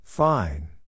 Fine